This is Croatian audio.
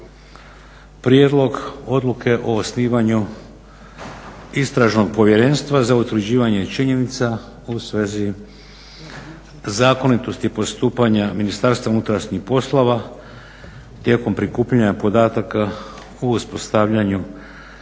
Prijedlog odluke o osnivanju istražnog povjerenstva za utvrđivanje činjenica u svezi zakonitosti postupanja Ministarstva unutarnjih poslova tijekom prikupljanja podataka u uspostavljanju